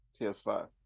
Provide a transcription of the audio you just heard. PS5